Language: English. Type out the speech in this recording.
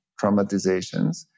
traumatizations